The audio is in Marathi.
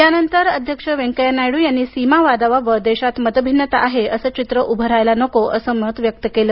यानंतर अध्यक्ष व्यंकय्या नायडू यांनी सीमावादाबाबत देशात मतभिन्नता आहे असं चित्र उभं राहायला नको असं मत व्यक्त केलं